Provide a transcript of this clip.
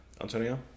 Antonio